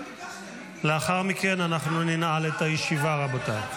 לאחר מכן אנחנו ננעל את הישיבה, רבותיי.